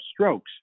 strokes